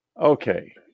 Okay